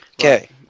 Okay